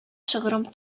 шыгрым